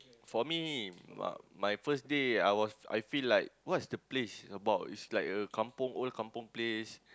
for me my my first day I was I feel like what's the place about is like a kampung old kampung place